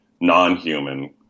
non-human